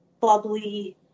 bubbly